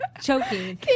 choking